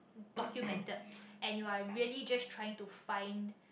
documented and you are really just trying to find